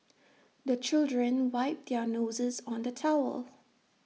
the children wipe their noses on the towel